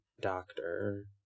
doctor